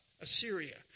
Assyria